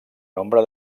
nombre